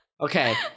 Okay